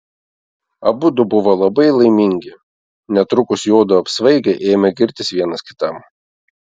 abudu buvo labai laimingi netrukus juodu apsvaigę ėmė girtis vienas kitam